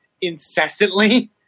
incessantly